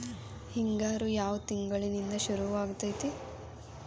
ಹಿಂಗಾರು ಯಾವ ತಿಂಗಳಿನಿಂದ ಶುರುವಾಗತೈತಿ?